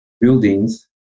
buildings